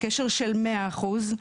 קשר של 100 אחוזים,